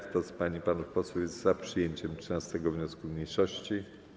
Kto z pań i panów posłów jest za przyjęciem 13. wniosku mniejszości?